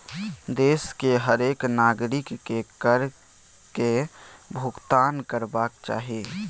देशक हरेक नागरिककेँ कर केर भूगतान करबाक चाही